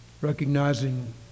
recognizing